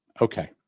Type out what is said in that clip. Okay